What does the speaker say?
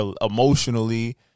emotionally